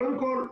קודם כול,